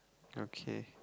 okay